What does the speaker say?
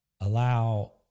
allow